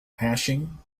hashing